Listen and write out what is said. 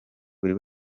buri